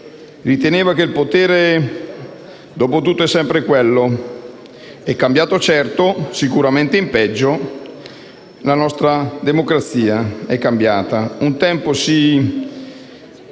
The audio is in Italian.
Riteneva che: «Il potere dopotutto è sempre quello. È cambiata certo, sicuramente in peggio, la nostra democrazia: un tempo si